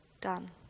done